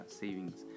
savings